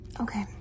okay